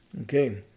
Okay